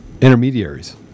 intermediaries